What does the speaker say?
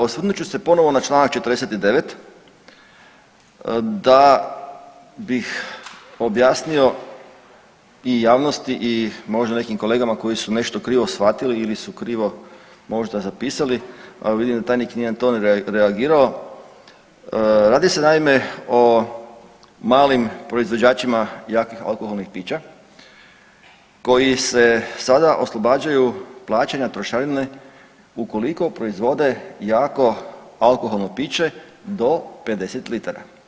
Osvrnut ću se ponovo na čl. 49. da bih objasnio i javnosti i možda nekim kolegama koji su nešto krivo shvatili ili su krivo možda zapisali, a vidim da tajnik nije na to reagirao, radi se naime o malim proizvođačima jakih alkoholnih pića koji se sada oslobađaju plaćanja trošarine ukoliko proizvode jako alkoholno piće do 50 litara.